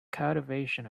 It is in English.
cultivation